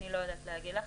אני לא יודעת להגיד לך.